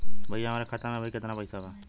भईया हमरे खाता में अबहीं केतना पैसा बा?